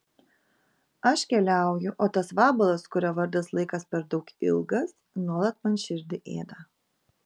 aš keliauju o tas vabalas kurio vardas laikas per daug ilgas nuolat man širdį ėda